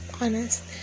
honest